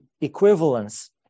equivalence